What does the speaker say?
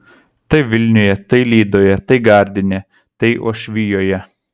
tai vilniuje tai lydoje tai gardine tai uošvijoje